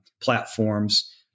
platforms